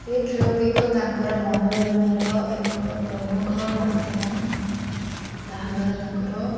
ସେହି ଖେଳଗୁଡ଼ିକ ତାଙ୍କର ମନୋରଞ୍ଜନର ଏକ ପ୍ରମୁଖ ମାଧ୍ୟମ ତାହା ଦ୍ଵାରା ତାଙ୍କର